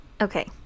Okay